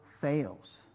fails